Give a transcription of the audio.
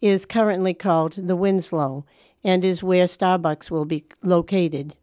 is currently called the winslow and is where starbucks will be located